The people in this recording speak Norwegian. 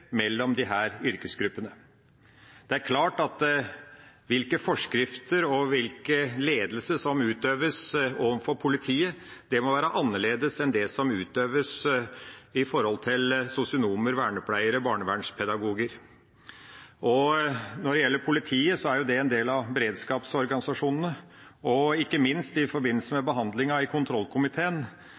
mellom disse yrkesgruppene. Det er klart at de forskrifter som gjelder for politiet, og den ledelse som utøves overfor politiet, må være annerledes enn det som gjelder for og utøves overfor sosionomer, vernepleiere og barnevernspedagoger. Når det gjelder politiet, er jo de en del av beredskapsorganisasjonene, og ikke minst i forbindelse med behandlinga av Innst. 210 S for 2012–2013 i